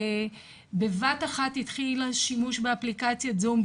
שבבת-אחת התחיל השימוש באפליקציית זום,